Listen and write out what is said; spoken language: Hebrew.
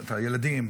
את הילדים,